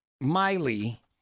Miley